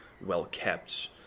well-kept